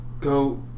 go